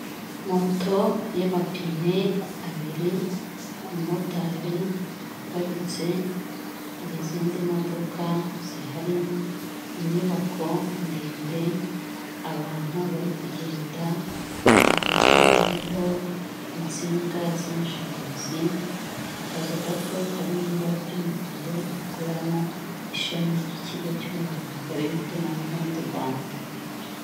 Moto y'amapine abiri, umumotari uparitse, hari izindi modoka zihari, inyubako ndende, abantu bari kugenda, ipoto iriho insinga z'amashanyarazi, akazu gato kari mu ibara ry'umuhondo, gakoreramo ishami ry'ikigo cy'umuyoboro mugari w'itumanaho mu Rwanda.